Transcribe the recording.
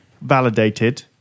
validated